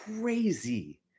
crazy